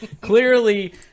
Clearly